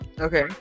Okay